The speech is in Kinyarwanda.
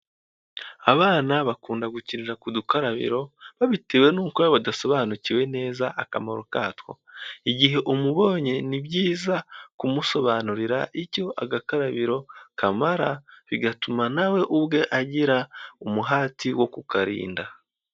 Abana bakunda gukinira kudukarabiro babitewe n'uko badasobanukiwe neza akamaro katwo, igihe umubonye ni byiza kumusobanurira icyo agakarabiro kamara bigatuma na ubwe agira umuhati wo kukarinda.